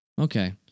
Okay